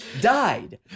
died